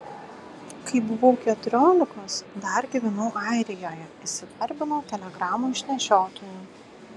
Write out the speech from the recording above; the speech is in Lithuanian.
kai buvau keturiolikos dar gyvenau airijoje įsidarbinau telegramų išnešiotoju